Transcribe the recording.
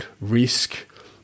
risk